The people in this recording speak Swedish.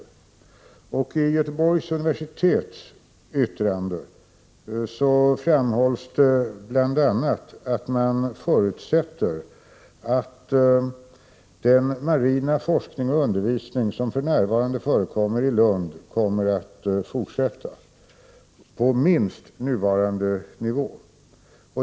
I yttrandet från Göteborgs universitet framhålls bl.a. att man förutsätter att den marina forskning och undervisning som för närvarande förekommer i Lund skall fortsätta, på minst nuvarande nivå.